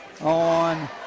on